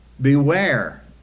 Beware